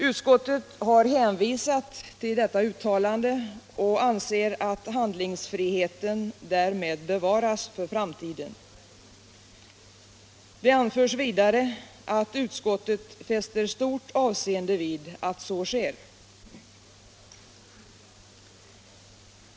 Utskottet har hänvisat till detta uttalande och anser att handlingsfriheten därmed bevaras för framtiden. Det anförs vidare att utskottet fäster stort avseende vid att så sker.